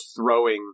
throwing